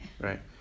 right